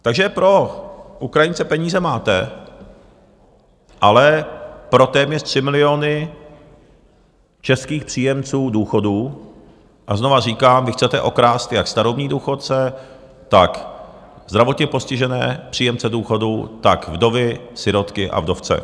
Takže pro Ukrajince peníze máte, ale pro téměř 3 miliony českých příjemců důchodů a znovu říkám, vy chcete okrást jak starobní důchodce, tak zdravotně postižené příjemce důchodů, tak vdovy, sirotky a vdovce.